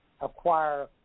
acquire